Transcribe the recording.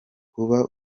kuba